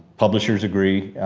publishers agree,